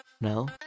No